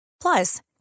Plus